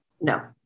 No